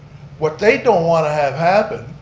what they don't want to have happen,